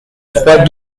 trois